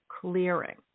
clearing